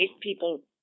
people